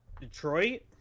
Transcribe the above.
Detroit